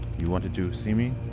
you wanted to see me?